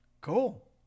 Cool